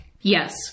Yes